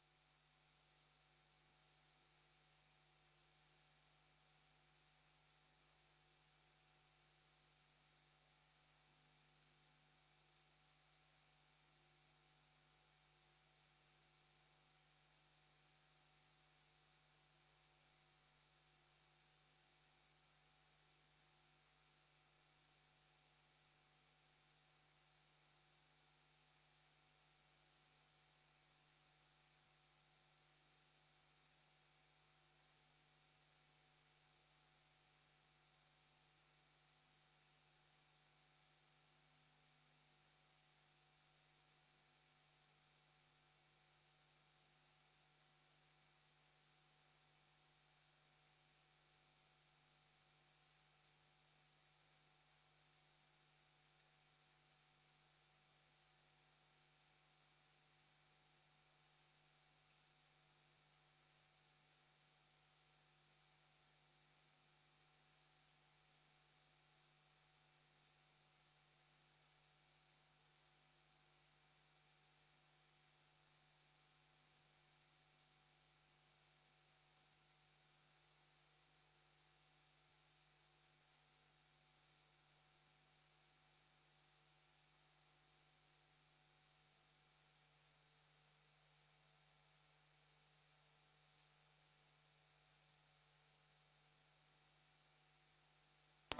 kyselytunti päättyi